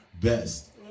best